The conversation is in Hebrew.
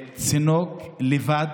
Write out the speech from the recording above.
בצינוק לבד.